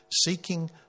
seeking